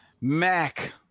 Mac